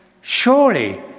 surely